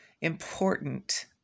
important